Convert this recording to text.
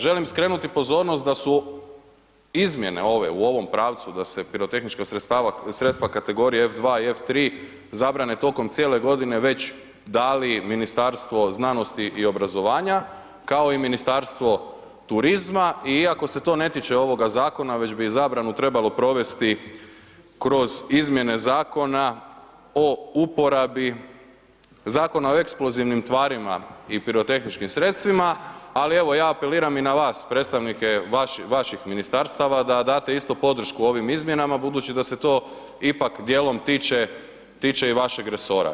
Želim skrenuti pozornost da su izmjene ove u ovom pravcu da pirotehnička sredstva kategorije F2 i F3 zabrane tokom cijele godine već dali Ministarstvo znanosti i obrazovanja kao i Ministarstvo turizma i iako se to ne tiče ovoga zakona već bi zabranu trebalo provesti kroz izmjene zakona o uporabi, Zakona o eksplozivnim tvarima i pirotehničkih sredstvima, ali evo ja apeliram i na vas predstavnike vaših ministarstava da date isto podršku ovim izmjenama budući da se to ipak dijelom tiče, tiče i vašeg resora.